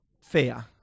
fair